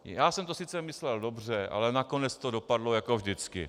Já jsem to sice myslel dobře, ale nakonec to dopadlo jako vždycky.